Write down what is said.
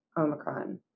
Omicron